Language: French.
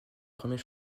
premier